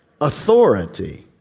authority